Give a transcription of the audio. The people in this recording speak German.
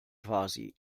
quasi